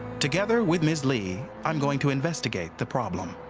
together with ms. li, i'm going to investigate the problem.